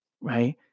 right